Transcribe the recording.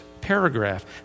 paragraph